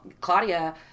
Claudia